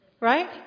Right